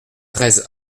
treize